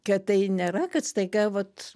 kad tai nėra kad staiga vat